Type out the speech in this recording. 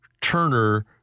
Turner